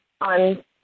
on